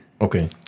Okay